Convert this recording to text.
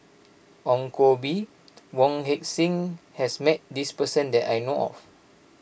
Ong Koh Bee Wong Heck Sing has met this person that I know of